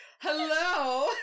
hello